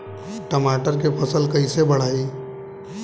टमाटर के फ़सल कैसे बढ़ाई?